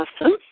Awesome